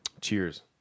cheers